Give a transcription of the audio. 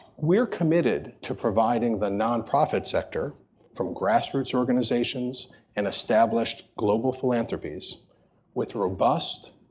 we are committed to providing the nonprofit sector from grassroots organizations and established global philanthropies with robust,